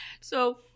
So-